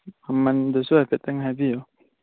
ꯃꯃꯟꯗꯨꯁꯨ ꯍꯥꯏꯐꯦꯠꯇꯪ ꯍꯥꯏꯕꯤꯌꯨ